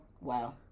wow